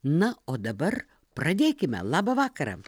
na o dabar pradėkime labą vakarą